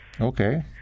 Okay